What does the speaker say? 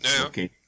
Okay